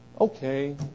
Okay